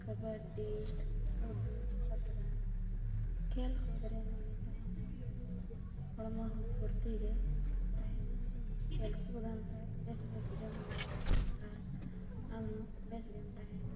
kabaddi ludo ᱥᱟᱛᱨᱟᱡᱽ ᱠᱷᱮᱞ ᱠᱩᱫ ᱨᱮ ᱢᱚᱱᱮ ᱛᱟᱦᱮᱱᱟ ᱠᱷᱟᱡ ᱫᱚ ᱦᱚᱲᱢᱚ ᱦᱚᱸ ᱯᱷᱩᱨᱛᱤ ᱜᱮ ᱛᱟᱦᱮᱱᱟ ᱠᱷᱮᱞ ᱠᱩᱫᱟᱢ ᱠᱷᱟᱡ ᱵᱮᱥ ᱵᱮᱥ ᱡᱚᱢ ᱧᱩᱭᱟ ᱟᱨ ᱟᱢ ᱦᱚᱸ ᱵᱮᱥ ᱜᱮᱢ ᱛᱟᱦᱮᱱᱟ